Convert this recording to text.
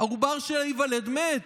העובר שלה ייוולד מת.